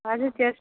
আচ্ছা